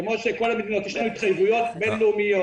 כפי שלכל המדינות יש התחייבויות בין-לאומיות,